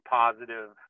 positive